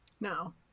no